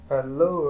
Hello